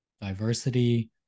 diversity